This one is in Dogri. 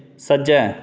सज्जै